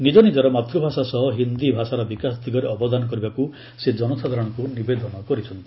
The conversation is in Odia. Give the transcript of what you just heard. ନିକନିକର ମାତୃଭାଷା ସହ ହିନ୍ଦୀ ଭାଷାର ବିକାଶ ଦିଗରେ ଅବଦାନ କରିବାକୁ ସେ ଜନସାଧାରଣଙ୍କୁ ନିବେଦନ କରିଛନ୍ତି